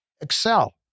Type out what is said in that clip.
excel